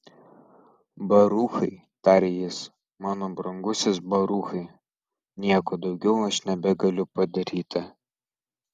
baruchai tarė jis mano brangusis baruchai nieko daugiau aš nebegaliu padaryti